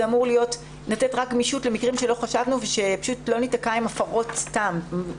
זה אמור לתת רק גמישות למקרים שלא חשבנו כדי שלא ניתקע עם הפרות סתם.